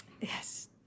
Yes